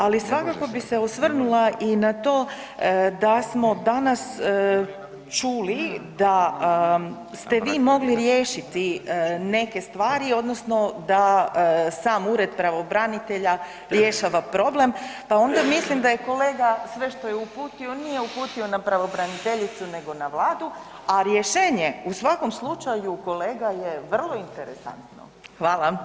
Ali svakako bi se osvrnula i na to da smo danas čuli da ste vi mogli riješiti neke stvari odnosno da sam Ured pravobranitelja rješava problem, pa onda mislim da je kolega sve što je uputio nije uputio na pravobraniteljicu nego na Vladu, a rješenje u svakom slučaju kolega je vrlo interesantno.